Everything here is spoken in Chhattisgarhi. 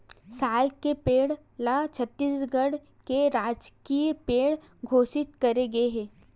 साल के पेड़ ल छत्तीसगढ़ के राजकीय पेड़ घोसित करे गे हे